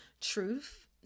truth